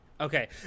Okay